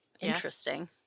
interesting